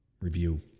review